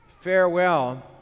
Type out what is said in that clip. farewell